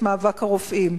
את מאבק הרופאים.